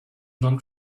non